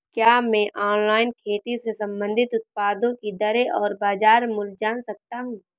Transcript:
क्या मैं ऑनलाइन खेती से संबंधित उत्पादों की दरें और बाज़ार मूल्य जान सकता हूँ?